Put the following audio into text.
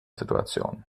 situation